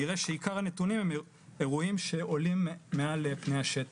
נראה שעיקר הנתונים הם אירועים שעולים מעל לפני השטח,